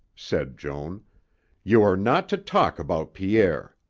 said joan you are not to talk about pierre.